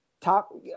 top